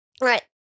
right